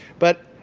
but,